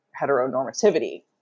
heteronormativity